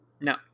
No